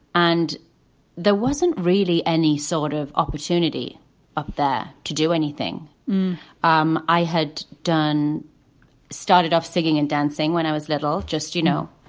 and there wasn't really any sort of opportunity up there to do anything um i had done started off singing and dancing when i was little, just, you know,